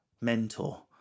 mentor